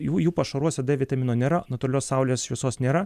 jų jų pašaruose d vitamino nėra natūralios saulės šviesos nėra